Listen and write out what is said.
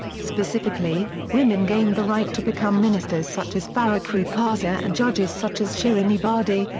specifically, women gained the right to become ministers such as farrokhroo parsa and judges such as shirin ebadi,